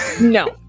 No